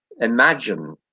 imagine